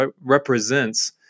represents